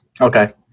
Okay